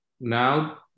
Now